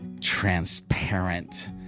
transparent